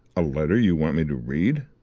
a letter you want me to read?